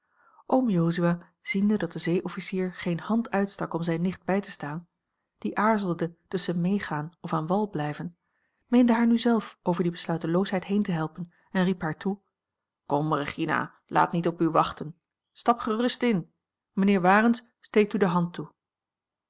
oom jozua ziende dat de zeeofficier geen hand uitstak om zijne nicht bij te staan die aarzelde tusschen meegaan of aan wal blijven meende haar nu zelf over die besluiteloosheid heen te helpen en riep haar toe kom regina laat niet op u wachten stap gerust in mijnheer warens steekt u de hand toe